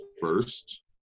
first